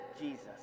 Jesus